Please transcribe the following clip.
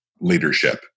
leadership